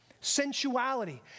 sensuality